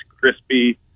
crispy